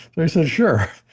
and i said, sure.